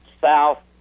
south